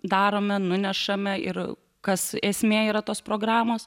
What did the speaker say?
darome nunešame ir kas esmė yra tos programos